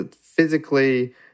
Physically